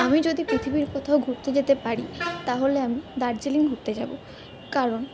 আমি যদি পৃথিবীর কোথাও ঘুরতে যেতে পারি তাহলে আমি দার্জিলিং ঘুরতে যাবো কারণ